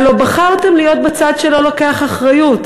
הלוא בחרתם להיות בצד שלא לוקח אחריות,